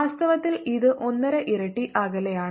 വാസ്തവത്തിൽ ഇത് ഒന്നര ഇരട്ടി അകലെയാണ്